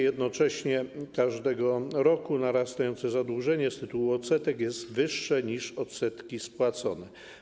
Jednocześnie każdego roku narastające zadłużenie z tytułu odsetek jest wyższe niż odsetki spłacone.